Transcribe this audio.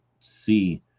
see